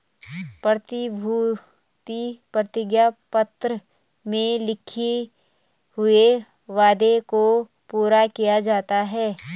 प्रतिभूति प्रतिज्ञा पत्र में लिखे हुए वादे को पूरा किया जाता है